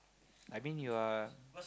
I mean you are